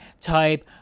type